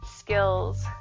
skills